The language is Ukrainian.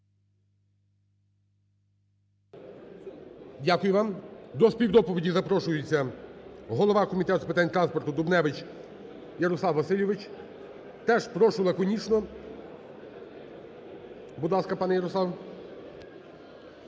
Дякую вам. До співдоповіді запрошується голова Комітету з питань транспорту Дубневич Ярослав Васильович. Теж прошу лаконічно. Будь ласка, пане Ярослав.